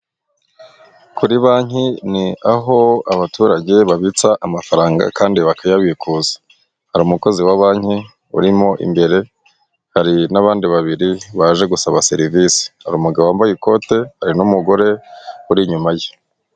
Kuri banki ni aho abaturage babitsa amafaranga kandi bakayabikuza, hari umukozi wa banki urimo imbere hari n'abandi babiri baje gusaba serivisi, hari umugabo wambaye ikote hari n'umugore uri inyuma ye.